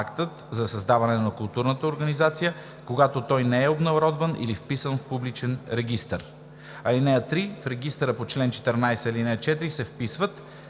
за създаване на културната организация, когато той не е обнародван или вписан в публичен регистър. (3) В регистъра по чл. 14, ал. 4 се вписват: